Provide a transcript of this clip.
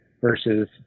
versus